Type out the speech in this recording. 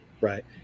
right